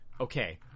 okay